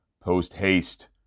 post-haste